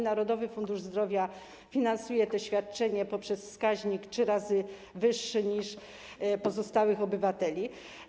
Narodowy Fundusz Zdrowia finansuje to świadczenie poprzez wskaźnik 3 razy wyższy niż w przypadku pozostałych obywateli.